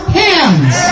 hands